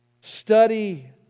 study